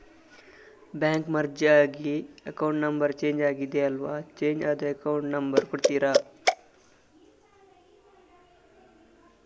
Bank merge ಆಗಿ account number change ಆಗಿದೆ ಅಲ್ವಾ, ಚೇಂಜ್ ಆದ ಅಕೌಂಟ್ ನಂಬರ್ ಕೊಡ್ತೀರಾ?